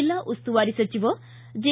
ಜಿಲ್ಲಾ ಉಸ್ತುವಾರಿ ಸಚಿವ ಜೆ